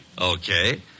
Okay